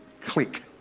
click